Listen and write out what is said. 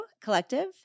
Collective